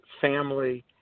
family